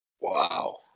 Wow